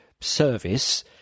service